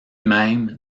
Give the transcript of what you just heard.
même